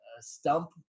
stump –